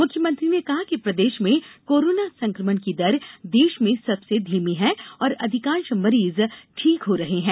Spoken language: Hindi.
मुख्यमंत्री ने कहा कि प्रदेश में कोरोना संक्रमण की दर देश में सबसे धीमी है और अधिकांष मरीजों ठीक हो रहे हैं